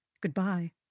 Goodbye